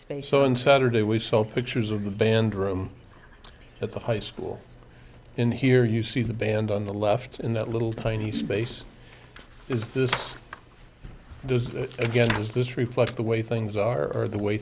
space so in saturday we saw pictures of the band room at the high school in here you see the band on the left in that little tiny space is this does that again does this reflect the way things are or the way